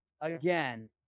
again